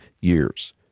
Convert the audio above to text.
years